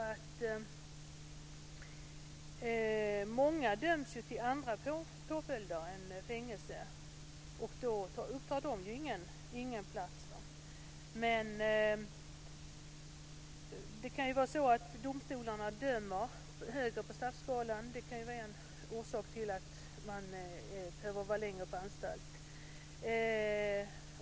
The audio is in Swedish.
Vi vet att många döms till andra påföljder än fängelse, så de upptar ju inga platser. Men det kan vara så att domstolarna dömer strängare enligt straffskalan, och det kan vara en orsak till att man behöver vara längre på anstalt.